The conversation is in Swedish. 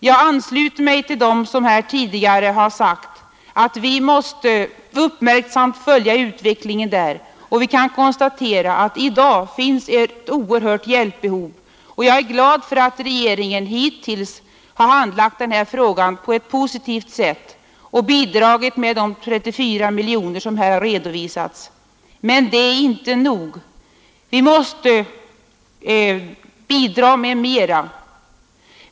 Jag ansluter mig till dem som här tidigare har uttalat att vi måste uppmärksamt följa utvecklingen, och vi kan konstatera att i dag finns ett oerhört hjälpbehov. Jag är glad för att regeringen hittills handlagt den här frågan på ett positivt sätt och bidragit med de 34 miljoner som här har redovisats. Men det är inte nog — vi måste bidra med mera.